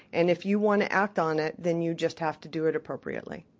and if you want to act on it, then you just have to do it appropriately.